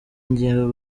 ngingo